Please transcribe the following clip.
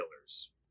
Killers